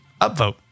Upvote